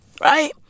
right